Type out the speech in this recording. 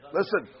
Listen